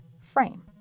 frame